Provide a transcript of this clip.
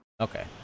Okay